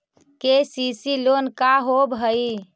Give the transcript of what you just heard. KCC loan का होब हइ?